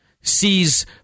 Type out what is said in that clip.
sees